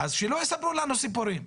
אז שלא יספרו לנו סיפורים.